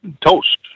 toast